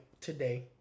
today